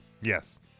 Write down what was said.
yes